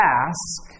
ask